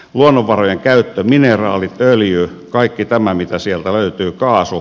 luonnonvarojen käyttö mineraalit öljy kaikki tämä mitä sieltä löytyy kaasu